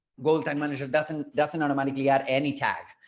go tag manager doesn't doesn't automatically add any tag.